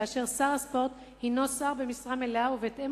כאשר שר הספורט הינו שר במשרה מלאה ובהתאם